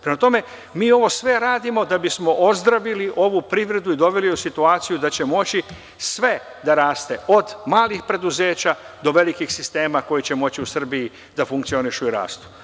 Prema tome, mi ovo sve radimo da bi smo ozdravili ovu privredu i doveli je u situaciju da će moći se da raste od malih preduzeća do velikih sistema, koji će moći u Srbiji da funkcionišu i rastu.